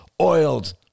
oiled